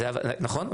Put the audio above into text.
נכון,